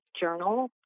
journal